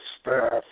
staff